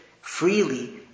freely